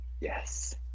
Yes